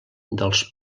dels